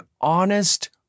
honest